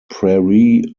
prairie